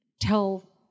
tell